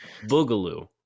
Boogaloo